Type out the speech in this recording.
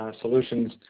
solutions